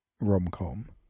rom-com